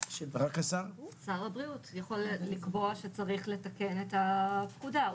שר הבריאות יכול לקבוע שצריך לתקן את הפקודה.